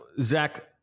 Zach